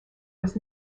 was